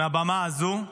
מהבמה הזאת,